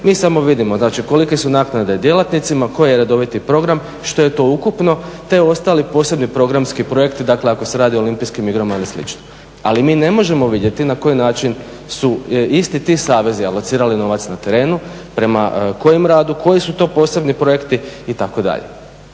mi samo vidimo, znači kolike su naknade djelatnicima, koji je redoviti program, što je to ukupno te ostali posebni programski projekti, dakle ako se radi o olimpijskim igrama ili slično. Ali mi ne možemo vidjeti na koji način su isti ti savezi alocirali novac na terenu, prema kojem radu, koji su to posebni projekti, itd.